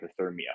hypothermia